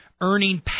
Earning